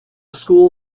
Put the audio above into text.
school